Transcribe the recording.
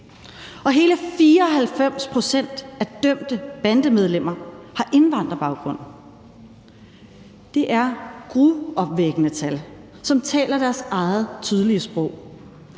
Og hele 94 pct. af dømte bandemedlemmer har indvandrerbaggrund. Det er gruopvækkende tal, som taler deres eget tydelige sprog.